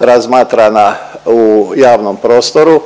razmatrana u javnom prostoru.